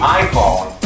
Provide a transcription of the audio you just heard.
iPhone